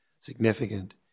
significant